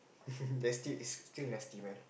that still is still nasty man